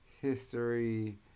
history